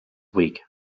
week